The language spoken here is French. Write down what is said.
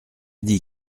dit